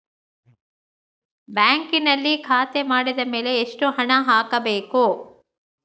ಬ್ಯಾಂಕಿನಲ್ಲಿ ಖಾತೆ ಮಾಡಿದ ಮೇಲೆ ಎಷ್ಟು ಹಣ ಹಾಕಬೇಕು?